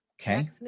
Okay